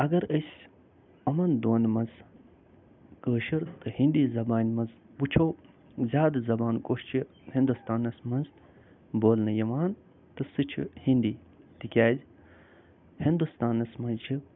اگر أسۍ یِمن دۄن منٛز کٲشِر تہٕ ہیندی زبانہِ منٛز وُچھو زیادٕ زبان کۄس چھِ ہندوستانس منٛز بولنہٕ یِوان تہٕ سُہ چھُ ہیندی تِکیٛازِ ہندوستانس منٛز چھِ